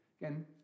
Again